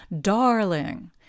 darling